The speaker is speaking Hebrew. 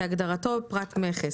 כהגדרתו בפרט מכס